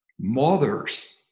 mothers